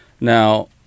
now